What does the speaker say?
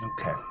Okay